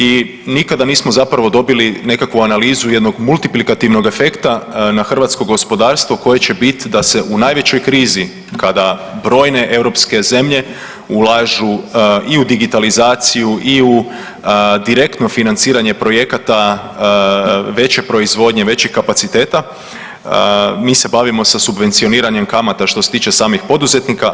I nikada nismo zapravo dobili nekakvu analizu jednog multiplikativnog efekta na hrvatsko gospodarstvo koje će biti da se u najvećoj krizi kada brojne europske zemlje ulažu i u digitalizaciju, i u direktno financiranje projekata veće proizvodnje, većih kapaciteta mi se bavimo sa subvencioniranjem kamata što se tiče samih poduzetnika.